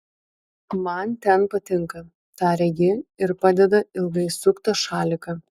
man ten patinka taria ji ir padeda ilgai suktą šaliką